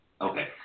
Okay